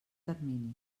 termini